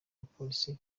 umupolisi